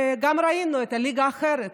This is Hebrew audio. גם ראינו את הליגה האחרת,